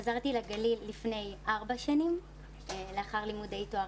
חזרתי לגליל לפני ארבע שנים לאחר לימודי תואר